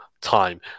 time